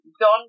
John